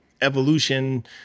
evolution